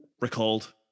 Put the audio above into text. recalled